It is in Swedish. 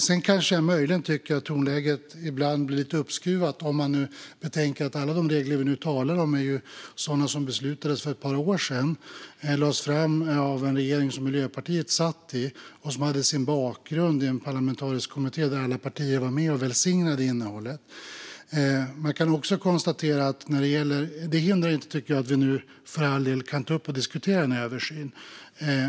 Sedan tycker jag möjligen att tonläget ibland blir lite uppskruvat, om man betänker att alla de regler vi nu talar om beslutades för ett par år sedan, efter att förslag lagts fram av en regering som Miljöpartiet satt i, och hade sin bakgrund i en parlamentarisk kommitté där alla partier var med och välsignade innehållet. Det hindrar för all del inte att vi nu tar upp och diskuterar frågan om en översyn.